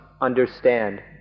understand